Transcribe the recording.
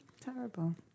Terrible